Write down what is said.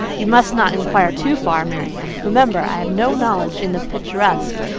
you must not enquire too far, marianne remember i have no knowledge in the picturesque,